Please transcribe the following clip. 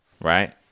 Right